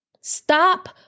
Stop